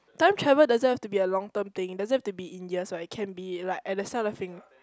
time travel doesn't have to be a long term thing doesn't have to be in years right it can be like at the